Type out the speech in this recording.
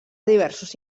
diversos